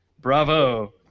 Bravo